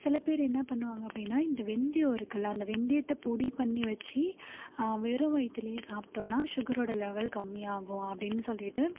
சில பேர் என்ன பண்ணுவாங்கள் அப்படின்னா இந்த வெந்தயம் இருக்குதுல்ல அந்த வெந்தயத்தை பொடி பண்ணி வச்சு வெறும் வயித்துலேயே சாப்பிட்டோனா ஷுகரோட லெவல் கம்மியாகும் அப்படின்னு சொல்லிட்டு